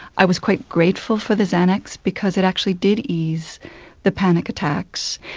i was quite grateful for the xanax because it actually did ease the panic attacks.